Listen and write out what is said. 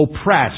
oppressed